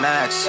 Max